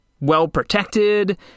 well-protected